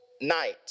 night